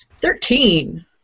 Thirteen